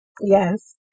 Yes